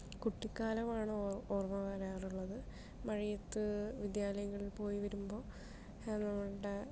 കുട്ടിക്കാലമാണ് ഓർമ വരാറുള്ളത് മഴയത്ത് വിദ്യാലയങ്ങളിൽ പോയി വരുമ്പോൾ നമ്മളുടെ